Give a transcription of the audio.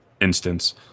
instance